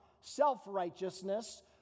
self-righteousness